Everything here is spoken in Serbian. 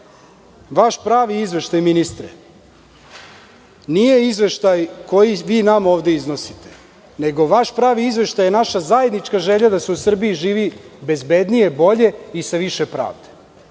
vaš pravi izveštaj ministre, nije izveštaj koji vi nama ovde iznosite, nego vaš pravi izveštaj je naša zajednička želja da se u Srbiji živi bezbednije, bolje i sa više pravde.